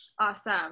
Awesome